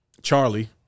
Charlie